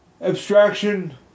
abstraction